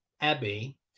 Abbey